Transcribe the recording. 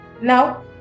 Now